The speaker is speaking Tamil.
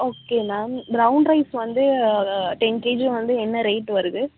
ஓகே மேம் ப்ரவுண் ரைஸ் வந்து டென் கேஜி வந்து என்ன ரேட் வருது